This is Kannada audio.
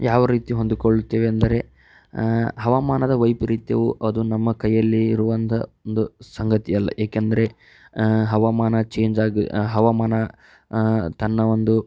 ಯಾವ ರೀತಿ ಹೊಂದಿಕೊಳ್ಳುತೆವೆ ಎಂದರೆ ಹವಾಮಾನದ ವೈಪರೀತ್ಯವು ಅದು ನಮ್ಮ ಕೈಯಲ್ಲಿ ಇರುವಂಥ ಒಂದು ಸಂಗತಿಯಲ್ಲ ಏಕೆಂದರೆ ಹವಾಮಾನ ಚೇಂಜ್ ಆಗ ಹವಾಮಾನ ತನ್ನ ಒಂದು